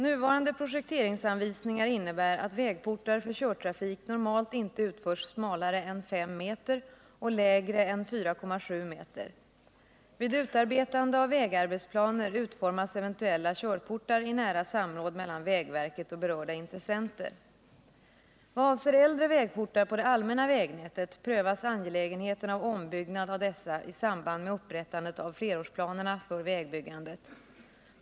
Nuvarande projekteringsanvisningar innebär att vägportar för körtrafik normalt inte utförs smalare än 5 meter och lägre än 4,7 meter. Vid utarbetande av vägarbetsplaner utformas eventuella körportar i nära samråd mellan vägverket och berörda intressenter. Nr 49 av ombyggnad av dessa i samband med upprättandet av flerårsplanerna för Torsdagen den vägbyggandet.